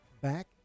back